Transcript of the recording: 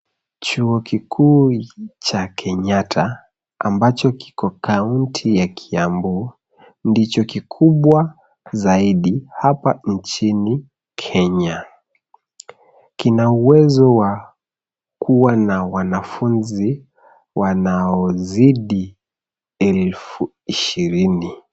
Chuo kikuu cha Kenyata ambacho kiko kaunti ya Kiambu ndicho kikubwa zaidi hapa nchini Kenya. Kina uwezo wa kuwa na wanafunzi wanaozidi elfu ishirini.